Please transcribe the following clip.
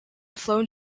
flown